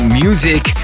music